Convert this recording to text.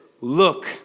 look